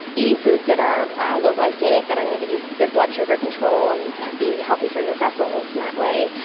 eating foods that are low glycemic that are going to give you good blood sugar control and be healthy for your vessels in that way.